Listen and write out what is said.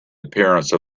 appearance